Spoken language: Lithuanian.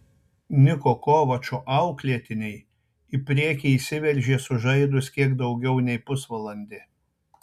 niko kovačo auklėtiniai į priekį išsiveržė sužaidus kiek daugiau nei pusvalandį